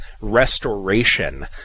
restoration